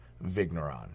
Vigneron